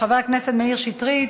חבר הכנסת מאיר שטרית,